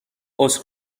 عذر